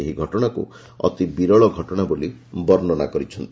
ଏହି ଘଟଣାକୁ ଅତି ବିରଳ ଘଟଣା ବୋଲି ବର୍ଷ୍ଣନା କରିଚ୍ଛନ୍ତି